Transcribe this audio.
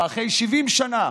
ואחרי 70 שנה